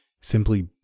simply